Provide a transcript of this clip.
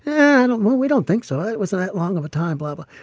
and well, we don't think so. it wasn't that long of a time, blah, blah.